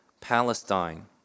Palestine